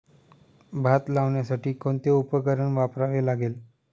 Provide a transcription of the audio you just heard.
भात लावण्यासाठी कोणते उपकरण वापरावे लागेल?